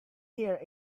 here